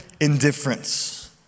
indifference